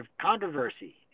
controversy